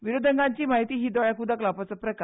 विरोधकांची महायुती ही दोळ्याक उदक लावपाचो प्रकार